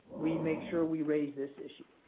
we make sure we raise this issue.